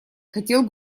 хотел